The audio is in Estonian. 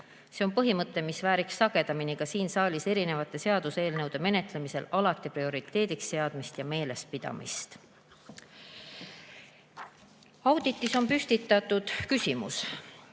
See on põhimõte, mis vääriks sagedamini ka siin saalis erinevate seaduseelnõude menetlemisel alati prioriteediks seadmist ja meelespidamist. Auditis on püstitatud küsimus,